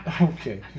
Okay